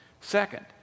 Second